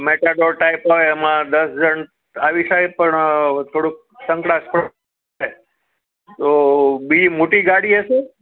Matador type હોય એમાં દસ જણ આવી શકે પણ થોડુંક સંકડાશ પડ તો બીજી મોટી ગાડી હશે